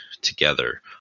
together